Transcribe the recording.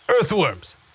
Earthworms